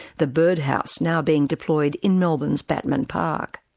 the birdhouse now being deployed in melbourne's batman park.